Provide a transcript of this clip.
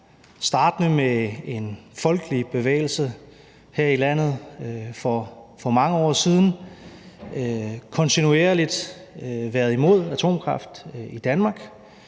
startende med en folkelig bevægelse her i landet for mange år siden, kontinuerligt været imod atomkraft i Danmark.